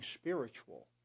spiritual